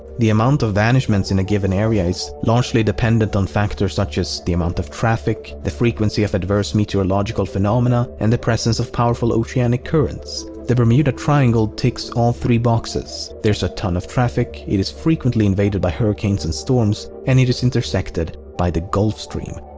the amount of vanishments in a given area is largely dependent on factors such as the amount of traffic, the frequency of adverse meteorological phenomena, and the presence of powerful oceanic currents. the bermuda triangle ticks all three boxes. there's a ton of traffic, it is frequently invaded by hurricanes and storms, and it is intersected by the gulf stream.